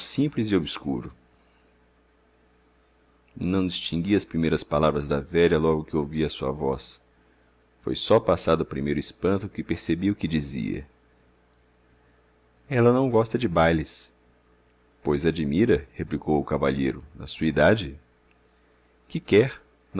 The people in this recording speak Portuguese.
simples e obscuro não distingui as primeiras palavras da velha logo que ouvi a sua voz foi só passado o primeiro espanto que percebi o que dizia ela não gosta de bailes pois admira replicou o cavalheiro na sua idade que quer